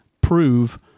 prove